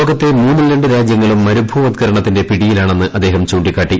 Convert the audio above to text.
ലോകത്തെ മൂന്നിൽ രണ്ട് രാജ്യങ്ങളും മരുഭൂവത്കരണത്തിന്റെ പിടിയിലാണെന്ന് അദ്ദേഹം ചൂണ്ടിക്കാട്ടി